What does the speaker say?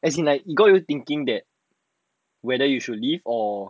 as in like it got you thinking that whether you should leave or